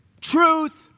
truth